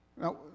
now